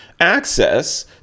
access